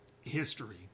history